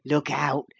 look out.